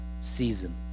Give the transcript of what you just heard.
season